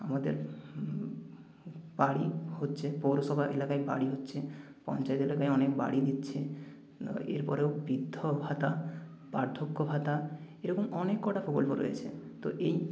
আমাদের বাড়ি হচ্ছে পৌরসভা এলাকায় বাড়ি হচ্ছে পঞ্চায়েত এলাকায় অনেক বাড়ি দিচ্ছে এরপরেও বৃদ্ধ ভাতা বার্ধক্য ভাতা এরকম অনেক কটা প্রকল্প রয়েছে তো এই